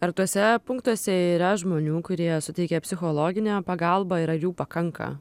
ar tuose punktuose yra žmonių kurie suteikia psichologinę pagalbą ir ar jų pakanka